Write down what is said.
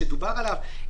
שדובר עליו,